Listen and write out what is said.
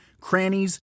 crannies